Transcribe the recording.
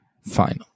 final